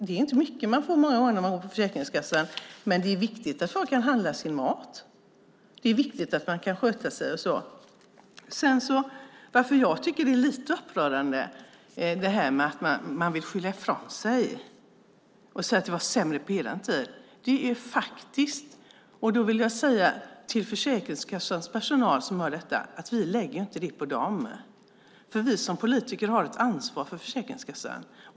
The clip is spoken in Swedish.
Det är inte mycket man får många gånger när man går på Försäkringskassans pengar, men det är viktigt att folk kan handla sin mat. Det är viktigt att man kan sköta sig och så. Det är lite upprörande att man vill skylla ifrån sig och säga att det var sämre på vår tid. Jag vill säga till Försäkringskassans personal som hör detta att vi inte lägger det på dem. Vi som politiker har ansvar för Försäkringskassan.